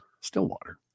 Stillwater